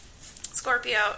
scorpio